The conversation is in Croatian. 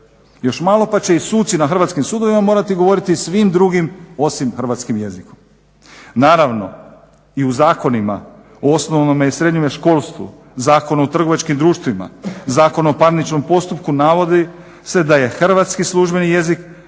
Još malo pa će i suci na hrvatskim sudovima morati govoriti svim drugim osim hrvatskim jezikom. Naravno, i u zakonima o osnovnom i srednjem školstvu, Zakon o trgovačkim društvima, Zakon o parničnom postupku navodi se da je hrvatski službeni jezik,